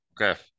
Okay